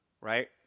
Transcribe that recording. Right